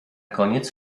koniec